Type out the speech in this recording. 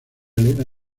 elena